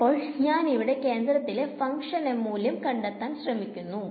അപ്പോൾ ഞാൻ ഇവിടെ കേന്ദ്രത്തിലെ ഫങ്ക്ഷന്റെ മൂല്യം കണ്ടെത്താൻ ശ്രമിക്കുന്നു